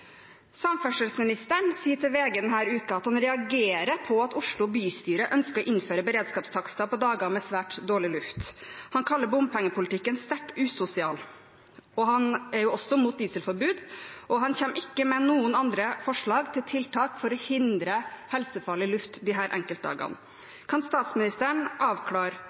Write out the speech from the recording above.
Samferdselsministeren sier til VG denne uken at han reagerer på at Oslo bystyre ønsker å innføre beredskapstakster på dager med svært dårlig luft. Han kaller bompengepolitikken sterkt usosial. Han er også imot dieselforbud, og han kommer ikke med andre forslag til tiltak for å hindre helsefarlig luft på disse enkeltdagene. Kan statsministeren avklare